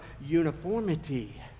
uniformity